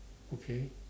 okay